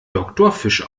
doktorfisch